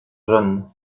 jeune